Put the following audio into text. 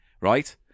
right